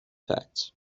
facts